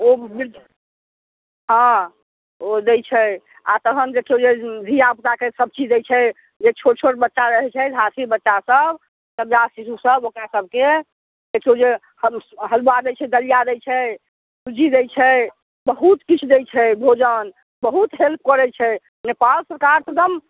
ओ बिर हाँ ओ दै छै आओर तहन देखियौ जे धियापुताके सभचीज दै छै जे छोट छोट बच्चा रहै छै हाफी बच्चा सभ सभ ओकरा सभकेँ देखियौ जे हल हलुवा दै छै दलिया दै छै सूजी दै छै बहुत किछु दै छै भोजन बहुत हेल्प करै छै नेपाल सरकार एकदम